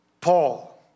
Paul